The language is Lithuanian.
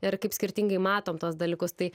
ir kaip skirtingai matom tuos dalykus tai